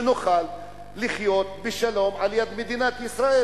שנוכל לחיות בשלום ליד מדינת ישראל.